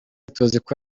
tuziko